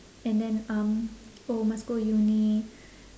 and then um oh must go uni